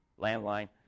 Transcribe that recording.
landline